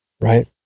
right